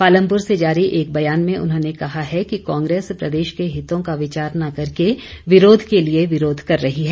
पालमपुर से जारी एक बयान में उन्होंने कहा है कि कांग्रेस प्रदेश के हितों का विचार न करके विरोध के लिए विरोध कर रही है